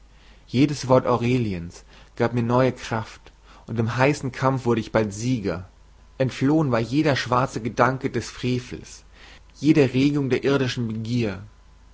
jedes wort aureliens gab mir neue kraft und im heißen kampf wurde ich bald sieger entflohen war jeder schwarze gedanke des frevels jede regung der irdischen begier